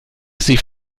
sich